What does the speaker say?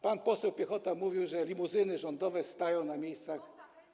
Pan poseł Piechota mówił, że limuzyny rządowe stają na miejscach.